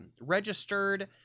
registered